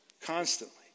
constantly